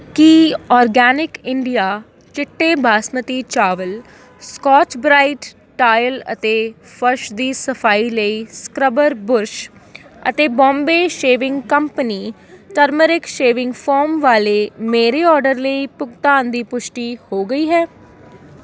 ਕੀ Organic India ਚਿੱਟੇ ਬਾਸਮਤੀ ਚਾਵਲ Scotch Brite tile ਅਤੇ ਫਰਸ਼ ਦੀ ਸਫਾਈ ਲਈ ਸਕ੍ਰਬਰ ਬੁਰਸ਼ ਅਤੇ Bombay Shaving Company turmeric shaving foam ਵਾਲੇ ਮੇਰੇ ਆਰਡਰ ਲਈ ਭੁਗਤਾਨ ਦੀ ਪੁਸ਼ਟੀ ਹੋ ਗਈ ਹੈ